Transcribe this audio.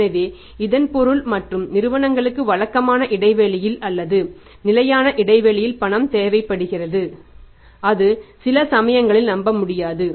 எனவே இதன் பொருள் மற்றும் நிறுவனங்களுக்கு வழக்கமான இடைவெளியில் அல்லது நிலையான இடைவெளியில் பணம் தேவைப்படுகிறது அது சில சமயங்களில் நம்பமுடியாது